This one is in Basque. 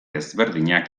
ezberdinak